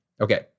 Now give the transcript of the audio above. Okay